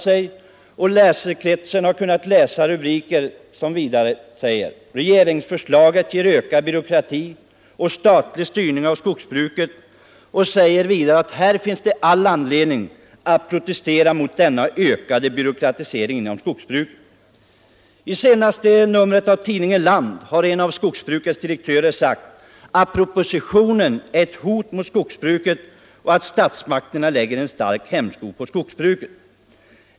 Vi har där kunnat läsa rubriker som ”Regeringsförslaget ger ökad byråkrati och statlig styrning av skogsbruket”. I artikeln sägs att det finns all anledning att protestera mot den ökade byråkratiseringen inom skogsbruket. I senaste numret av tidningen Land har en av skogsbrukets direktörer anfört att propositionen är ett hot mot skogsbruket och att statsmakterna lägger en stark hämsko på skogsbruket.